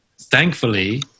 thankfully